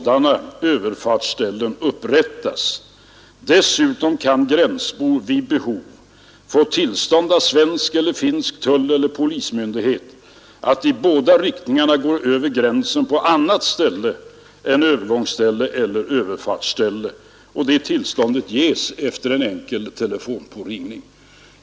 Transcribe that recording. Dessutom kan gränsbor vid behov få tillstånd av svensk eller finsk tulleller polismyndighet att i båda riktningarna gå över gränsen på annat ställe än övergångsställe eller överfartsställe.” Det tillståndet ges efter en enkel telefonpåringning.